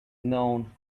known